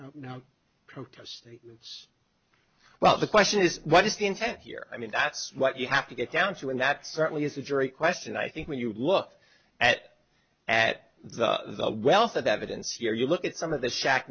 s well the question is what is the intent here i mean that's what you have to get down to and that certainly is a jury question i think when you look at at the wealth of evidence here you look at some of the sha